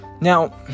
Now